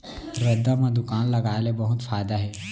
रद्दा म दुकान लगाय ले बहुत फायदा हे